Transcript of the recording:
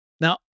Now